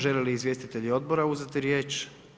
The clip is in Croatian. Žele li izvjestitelji odbora uzeti riječ?